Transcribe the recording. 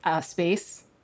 space